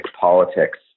politics